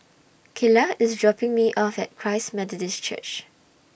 Kylah IS dropping Me off At Christ Methodist Church